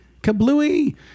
Kablooey